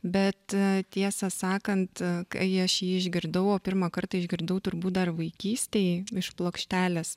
bet tiesą sakant kai aš jį išgirdau o pirmą kartą išgirdau turbūt dar vaikystėj iš plokštelės